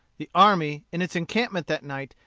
the army, in its encampment that night,